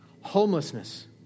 homelessness